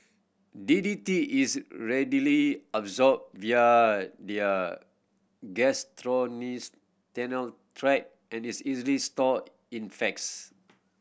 D D T is readily absorbed via via gastrointestinal tract and is easily stored in facts